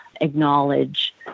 acknowledge